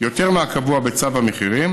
יותר מהקבוע בצו המחירים,